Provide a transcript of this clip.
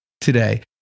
today